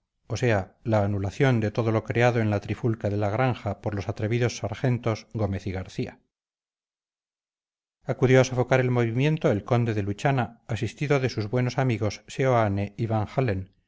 o sea la anulación de todo lo creado en la trifulca de la granja por los atrevidos sargentos gómez y garcía acudió a sofocar el movimiento el conde de luchana asistido de sus buenos amigos seoane